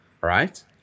right